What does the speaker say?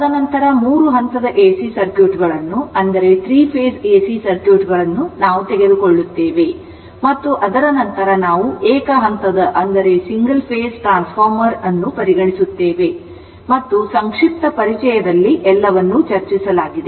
ತದನಂತರ ಮೂರು ಹಂತದ ಎಸಿ ಸರ್ಕ್ಯೂಟ್ಗಳನ್ನು ನಾವು ತೆಗೆದುಕೊಳ್ಳುತ್ತೇವೆ ಮತ್ತು ಅದರ ನಂತರ ನಾವು ಏಕ ಹಂತದ ಟ್ರಾನ್ಸ್ಫಾರ್ಮರ್ ಅನ್ನು ಪರಿಗಣಿಸುತ್ತೇವೆ ಮತ್ತು ಸಂಕ್ಷಿಪ್ತ ಪರಿಚಯದಲ್ಲಿ ಎಲ್ಲವನ್ನೂ ಚರ್ಚಿಸಲಾಗಿದೆ